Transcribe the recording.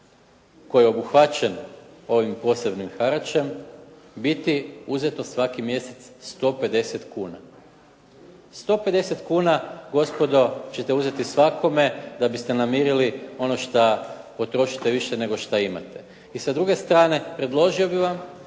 koji je obuhvaćen ovim posebnim haračem biti uzeto svaki mjesec 150 kuna. 150 kuna gospodo ćete uzeti svakome da biste namirili ono što potrošite više nego što imate. I sa druge strane predložio bih vam